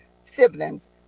siblings